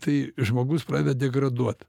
tai žmogus pradeda degraduot